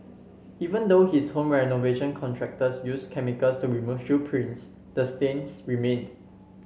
even though his home renovation contractors used chemicals to remove shoe prints the stains remained